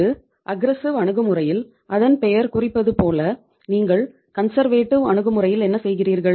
இங்கு அஃகிரெஸ்ஸிவ் அணுகுமுறையில் என்ன செய்கிறீர்கள்